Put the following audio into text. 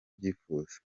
ubyifuza